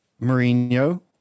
Mourinho